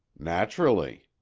naturally.